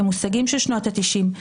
במושגים של שנות התשעים.